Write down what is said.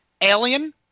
alien